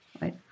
right